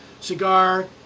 Cigar